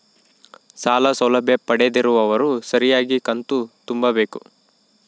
ಸಾಲ ಸೌಲಭ್ಯ ಪಡೆದಿರುವವರು ಸರಿಯಾಗಿ ಕಂತು ತುಂಬಬೇಕು?